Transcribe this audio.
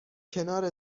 کنار